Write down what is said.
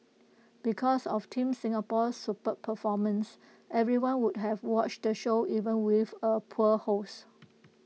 because of team Singapore's superb performances everyone would have watched the show even with A poor host